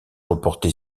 reportés